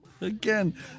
again